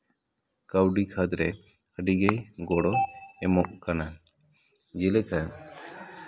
ᱠᱟᱹᱣᱰᱤ ᱠᱷᱟᱛ ᱨᱮ ᱟᱹᱰᱤᱜᱮ ᱜᱚᱲᱚ ᱮᱢᱚᱜ ᱠᱟᱱᱟ ᱡᱮᱞᱮᱠᱟ